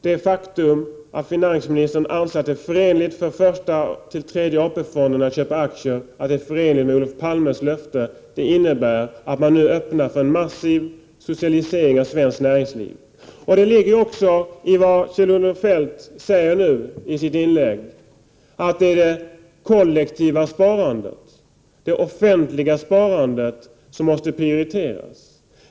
Det faktum att finansministern anser att det är förenligt med Olof Palmes löfte att första—tredje AP-fonden köper aktier innebär att man nu öppnar för en massiv socialisering av svenskt näringsliv. Detta finns också med i det som Kjell-Olof Feldt nu sade i sitt inlägg, att det är det kollektiva sparandet, det offentliga sparandet, som måste prioriteras.